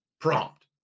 Prompt